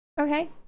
Okay